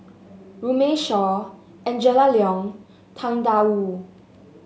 Runme Shaw Angela Liong Tang Da Wu